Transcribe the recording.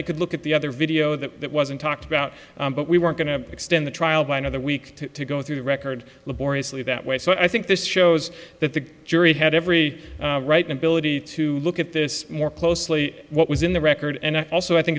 they could look at the other video that wasn't talked about but we weren't going to extend the trial by another week to go through the record laboriously that way so i think this shows that the jury had every right ability to look at this more closely what was in the record and also i think